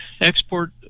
Export